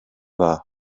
dda